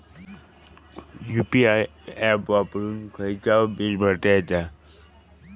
UPI app वापरून खायचाव bill भरता येता